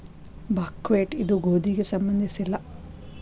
buckwheat ಇದು ಗೋಧಿಗೆ ಸಂಬಂಧಿಸಿಲ್ಲ